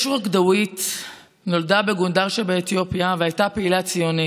ישוורק דוויט נולדה בגונדר שבאתיופיה והייתה פעילה ציונית.